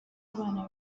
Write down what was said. abana